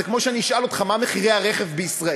זה כמו שאני אשאל אותך מה מחירי הרכב בישראל,